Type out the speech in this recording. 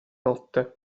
notte